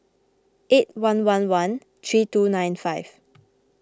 eight one one one three two nine five